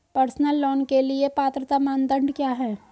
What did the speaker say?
Personal loan के लिए पात्रता मानदंड क्या हैं?